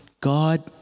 God